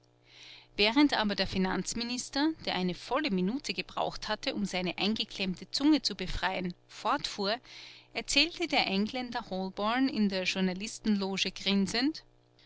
während aber der finanzminister der eine volle minute gebraucht hatte um seine eingeklemmte zunge zu befreien fortfuhr erzählte der engländer holborn in der journalistenloge grinsend